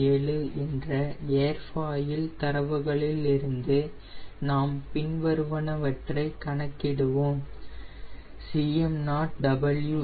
07 என்ற ஏர்ஃபாயில் தரவுகளிலிருந்து நாம் பின்வருவனவற்றை கணக்கிடுவோம் Cm0W 0